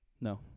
No